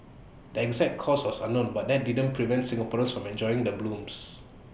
the exact cause was unknown but that didn't prevent Singaporeans from enjoying the blooms